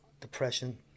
depression